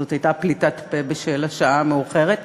זאת הייתה פליטת פה בשל השעה המאוחרת,